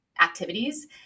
activities